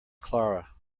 clara